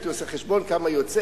הייתי עושה חשבון כמה יוצא.